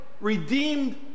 redeemed